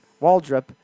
Waldrop